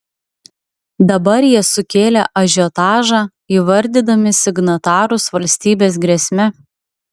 dabar jie sukėlė ažiotažą įvardydami signatarus valstybės grėsme